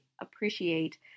appreciate